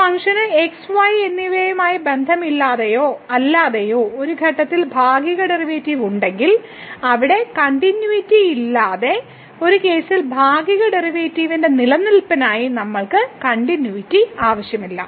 ഒരു ഫംഗ്ഷന് x y എന്നിവയുമായി ബന്ധമില്ലാതെയോ അല്ലാതെയോ ഒരു ഘട്ടത്തിൽ ഭാഗിക ഡെറിവേറ്റീവ് ഉണ്ടെങ്കിൽ അവിടെ കണ്ടിന്യൂയിറ്റിയില്ലാതെ ഈ കേസിൽ ഭാഗിക ഡെറിവേറ്റീവിന്റെ നിലനിൽപ്പിനായി നമ്മൾക്ക് കണ്ടിന്യൂയിറ്റി ആവശ്യമില്ല